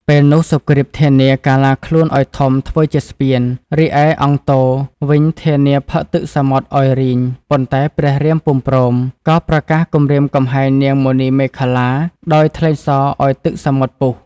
ពេលនោះសុគ្រីពធានាកាឡាខ្លួនឱ្យធំធ្វើជាស្ពាន រីឯអង្គទ វិញធានាផឹកទឹកសមុទ្រឱ្យរីង ប៉ុន្តែ ព្រះរាមពុំព្រម ក៏ប្រកាសគំរាមកំហែងនាងមណីមេខល្លា ដោយថ្លែងសរឱ្យទឹកសមុទ្រពុះ។